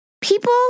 People